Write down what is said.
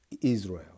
Israel